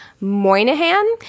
Moynihan